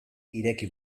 ireki